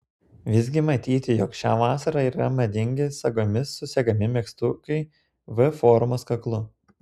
visgi matyti jog šią vasarą yra madingi sagomis susegami megztukai v formos kaklu